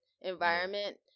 environment